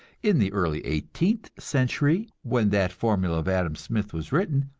in the early eighteenth century, when that formula of adam smith was written,